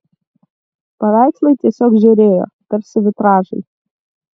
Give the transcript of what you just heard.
paveikslai tiesiog žėrėjo tarsi vitražai